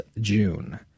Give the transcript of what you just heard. June